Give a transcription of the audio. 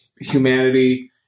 humanity